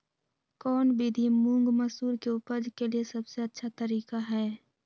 कौन विधि मुंग, मसूर के उपज के लिए सबसे अच्छा तरीका है?